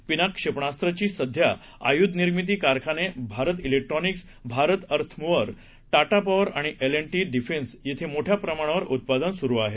पिनाक क्षेपनासत्र ची सध्या आयुध निर्मिती कारखाने Bharat electronics Bharat earthmover Tata power आणि एल अँड टी डिफेन्स येथे मोठ्या प्रमाणावर उत्पादन सुरु आहे